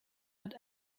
hat